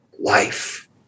life